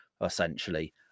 essentially